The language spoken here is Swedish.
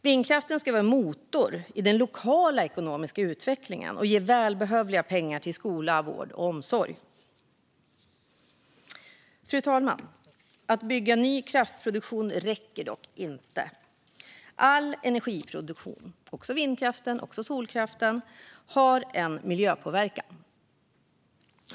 Vindkraften ska vara en motor i den lokala ekonomiska utvecklingen och ge välbehövliga pengar till skola, vård och omsorg. Fru talman! Det räcker dock inte att bygga ny kraftproduktion. All energiproduktion, också vindkraften och solkraften, har miljöpåverkan.